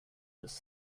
just